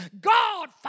God